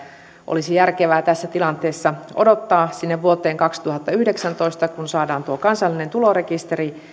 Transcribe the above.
olisi järkevää tässä tilanteessa odottaa sinne vuoteen kaksituhattayhdeksäntoista kun saadaan tuo kansallinen tulorekisteri